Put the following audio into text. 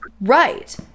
right